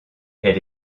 elle